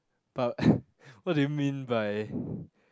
but what do you mean by